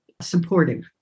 supportive